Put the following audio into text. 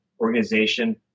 organization